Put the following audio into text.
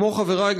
כמו חברי,